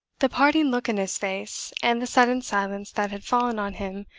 the parting look in his face, and the sudden silence that had fallen on him,